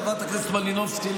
חברת הכנסת מלינובסקי,